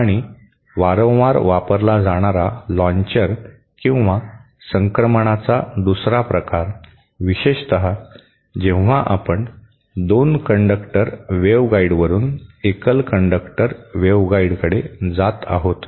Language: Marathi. आणि वारंवार वापरला जाणारा लाँचर किंवा संक्रमणचा दुसरा प्रकार विशेषत जेव्हा आपण दोन कंडक्टर वेव्हगाइडवरून एकल कंडक्टर वेव्हगाइडकडे जात आहोत